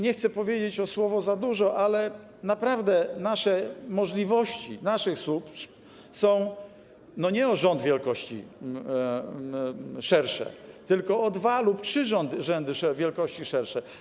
Nie chcę powiedzieć o słowo za dużo, ale naprawdę nasze możliwości, możliwości naszych służb są nie o rząd wielkości szersze, tylko o dwa lub trzy rzędy wielkości szersze.